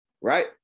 Right